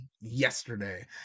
yesterday